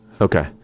Okay